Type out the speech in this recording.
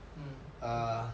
mm okay